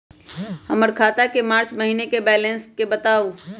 हमर खाता के मार्च महीने के बैलेंस के बताऊ?